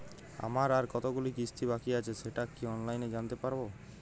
আমার আর কতগুলি কিস্তি বাকী আছে সেটা কি অনলাইনে জানতে পারব?